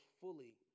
fully